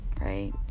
right